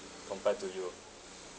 compare to you